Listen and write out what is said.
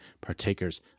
partakers